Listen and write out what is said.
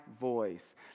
voice